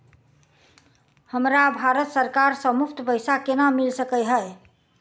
हमरा भारत सरकार सँ मुफ्त पैसा केना मिल सकै है?